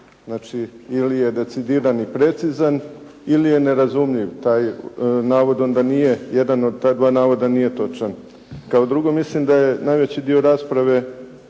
Znači, ili je decidiran i precizan ili je nerazumljiv. Taj navod onda nije, jedan od ta dva navoda nije točan. Kao drugo, mislim da je najveći dio rasprave